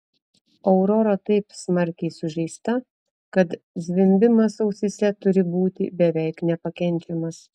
aurora taip smarkiai sužeista kad zvimbimas ausyse turi būti beveik nepakenčiamas